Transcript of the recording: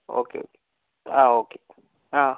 okay ആ okay ആ